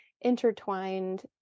intertwined